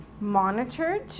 monitored